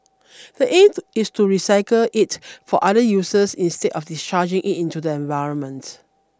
the aim is to recycle it for other users instead of discharging it into the environment